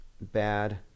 bad